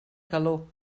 calor